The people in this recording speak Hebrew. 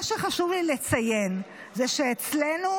מה שחשוב לי לציין זה שאצלנו,